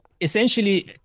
essentially